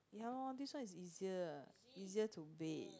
ya this one is easier easier to bake